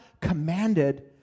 commanded